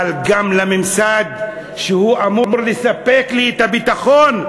אבל גם הממסד שאמור לספק לי את הביטחון,